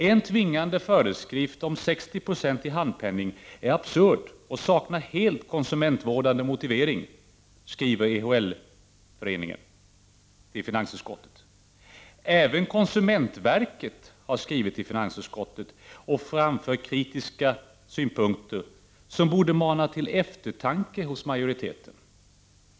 En tvingande föreskrift om 60 26 i handpenning är absurd och saknar helt konsumentvårdande motivering, skriver EHL till finansutskottet. Även konsumentverket har skrivit till finansutskottet och framfört kritiska synpunkter som borde mana till eftertanke hos majoriteten.